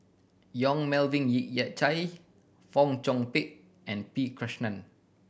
Yong Melvin Ye Yik Chye Fong Chong Pik and P Krishnan